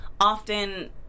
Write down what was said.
often